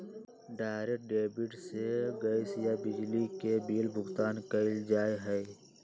direct debit से gas या बिजली के बिल भुगतान कइल जा हई